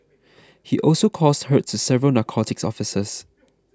he also caused hurt to several narcotics officers